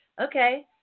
Okay